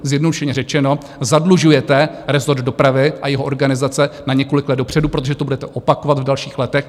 Zjednodušeně řečeno, zadlužujete rezort dopravy a jeho organizace na několik let dopředu, protože to budete opakovat v dalších letech.